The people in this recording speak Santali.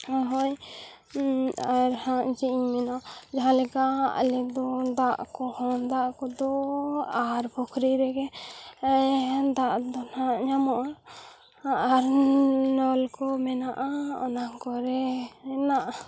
ᱦᱳᱭ ᱟᱨ ᱦᱟᱸᱜ ᱪᱮᱫ ᱤᱧ ᱢᱮᱱᱟ ᱡᱟᱦᱟᱸ ᱞᱮᱠᱟ ᱟᱞᱮ ᱫᱚ ᱫᱟᱜ ᱠᱚᱦᱚᱸ ᱫᱟᱜ ᱠᱚᱫᱚ ᱟᱦᱟᱨ ᱯᱩᱠᱷᱨᱤ ᱨᱮᱜᱮ ᱫᱟᱜ ᱫᱚ ᱱᱟᱦᱟᱜ ᱧᱟᱢᱚᱜᱼᱟ ᱟᱨᱻ ᱱᱚᱞᱠᱚ ᱢᱮᱱᱟᱜᱼᱟ ᱚᱱᱟ ᱠᱚᱨᱮ ᱦᱮᱱᱟᱜᱼᱟ